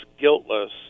guiltless